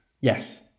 yes